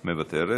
מוותרת.